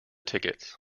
tickets